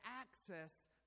access